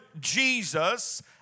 Jesus